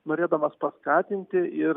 norėdamas paskatinti ir